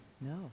No